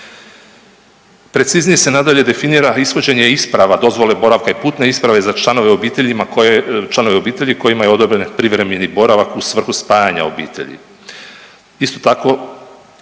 preciznije se nadalje definira ishođenje isprava dozvole boravka i putne isprave za članove obitelji kojima je odobren privremeni boravak u svrhu spajanja obitelji. Isto tako,